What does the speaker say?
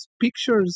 pictures